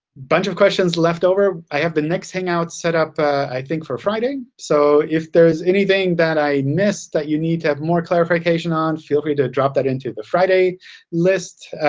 bunch of questions left over. i have the next hangout set up i think for friday. so if there's anything that i missed that you need to have more clarification on, feel free to drop that into the friday list.